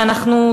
ואנחנו,